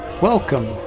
Welcome